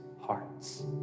hearts